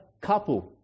couple